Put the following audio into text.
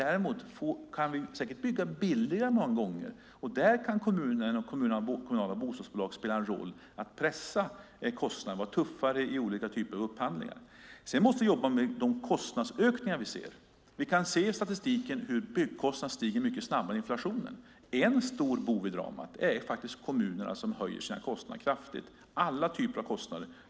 Däremot kan man säkert bygga billigare många gånger. Där kan kommuner och kommunala bostadsbolag spela en roll genom att pressa kostnaderna och vara tuffare i olika typer av upphandlingar. Vi måste jobba med de kostnadsökningar vi ser. Vi kan se i statistiken hur byggkostnaden stiger mycket snabbare än inflationen. En stor bov i dramat är kommunerna som höjer kostnaderna kraftigt. Det gäller alla typer av kostnader.